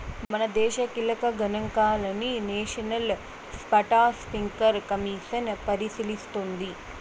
మనదేశ కీలక గనాంకాలని నేషనల్ స్పాటస్పీకర్ కమిసన్ పరిశీలిస్తోంది